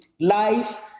life